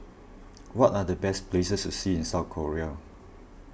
what are the best places to see in South Korea